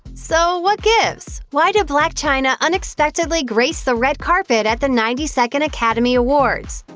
so what gives? why did blac chyna unexpectedly grace the red carpet at the ninety second academy awards?